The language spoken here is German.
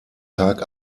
tag